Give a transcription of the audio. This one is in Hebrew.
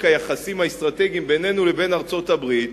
היחסים האסטרטגיים בינינו לבין ארצות-הברית,